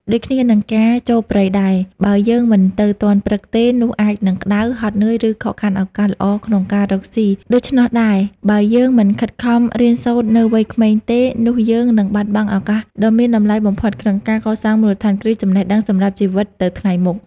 ដូចគ្នានឹងការចូលព្រៃដែរ បើយើងមិនទៅទាន់ព្រឹកទេ នោះអាចនឹងក្តៅ ហត់នឿយ ឬខកខានឱកាសល្អក្នុងការរកស៊ី ដូច្នោះដែរ បើយើងមិនខិតខំរៀនសូត្រនៅវ័យក្មេងទេ នោះយើងនឹងបាត់បង់ឱកាសដ៏មានតម្លៃបំផុតក្នុងការកសាងមូលដ្ឋានគ្រឹះចំណេះដឹងសម្រាប់ជីវិតទៅថ្ងៃមុខ។